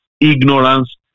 ignorance